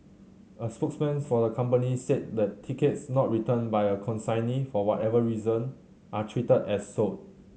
a spokesman for the company said that tickets not returned by a consignee for whatever reason are treated as sold